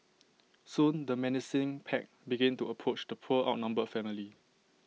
soon the menacing pack began to approach the poor outnumbered family